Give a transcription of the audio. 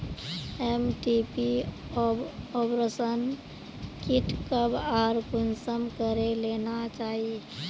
MTP abortion kit कब आर कुंसम करे लेना चही?